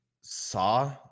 saw